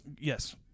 Yes